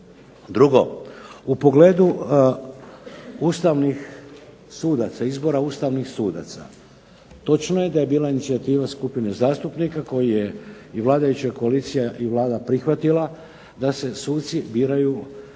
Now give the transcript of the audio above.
ustavnih sudaca, izbora ustavnih sudaca. Točno je da je bila inicijativa skupine zastupnika koji je i vladajuća koalicija i Vlada prihvatila da se suci biraju Ustavnog